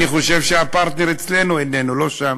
אני חושב שהפרטנר אצלנו איננו, לא שם,